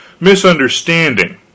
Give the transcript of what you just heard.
misunderstanding